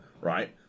right